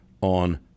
on